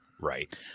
Right